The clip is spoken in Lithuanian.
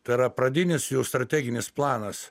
tai yra pradinis jų strateginis planas